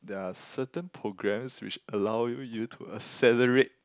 there are certain programs which allow you to accelerate